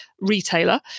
retailer